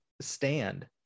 stand